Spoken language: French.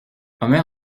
omer